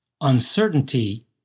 uncertainty